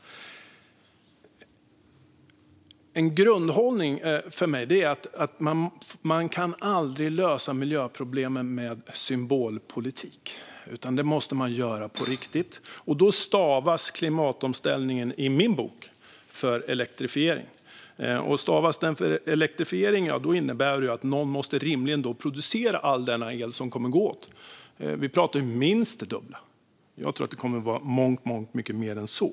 När det gäller miljön är en grundhållning för mig att man aldrig kan lösa miljöproblemen med symbolpolitik, utan det måste man göra på riktigt. I min bok stavas då klimatomställningen elektrifiering, och om den stavas elektrifiering innebär det ju att någon rimligen måste producera all den el som kommer att gå åt. Vi talar om minst det dubbla. Jag tror att det kommer att vara långt mycket mer än så.